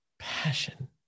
passion